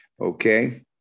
Okay